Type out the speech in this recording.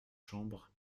chambre